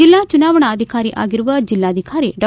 ಜಿಲ್ಲಾ ಚುನಾವಣಾಧಿಕಾರಿ ಆಗಿರುವ ಜೆಲ್ಲಾಧಿಕಾರಿ ಡಾ